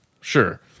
Sure